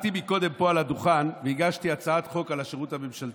על הדוכן והגשתי הצעת חוק על השירות הממשלתי.